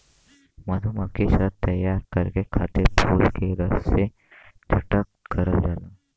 मधुमक्खी शहद तैयार करे खातिर फूल के रस के इकठ्ठा करल जाला